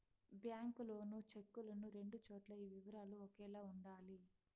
bank loan చెక్కులను రెండు చోట్ల ఈ వివరాలు ఒకేలా ఉండాలి